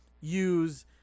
use